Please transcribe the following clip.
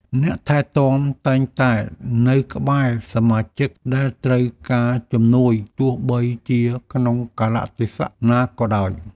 អ្នកថែទាំតែងតែនៅក្បែរសមាជិកដែលត្រូវការជំនួយទោះបីជាក្នុងកាលៈទេសៈណាក៏ដោយ។